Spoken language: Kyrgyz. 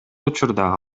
учурда